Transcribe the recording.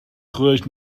geweest